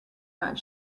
not